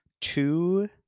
two